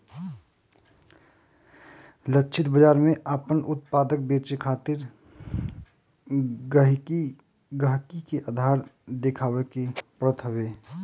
लक्षित बाजार में आपन उत्पाद बेचे खातिर गहकी के आधार देखावे के पड़त हवे